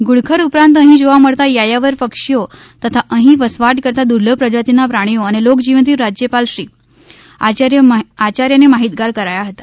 ધુડખર ઉપરાંત અહી જોવા મળતા યાયાવર પક્ષીઓ તથા અહીં વસવાટ કરતા દુર્લભ પ્રજાતિના પ્રાણીઓ અને લોકજીવનથી રાજ્યપાલશ્રી આચાર્યને માહિતગાર કરાયા હતા